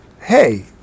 hey